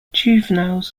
juveniles